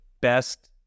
best